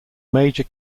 major